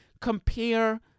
compare